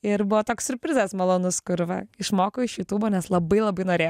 ir buvo toks siurprizas malonus kur va išmoko iš jutubo nes labai labai norėjo